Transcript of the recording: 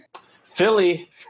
Philly